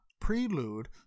prelude